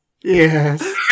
yes